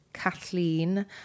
Kathleen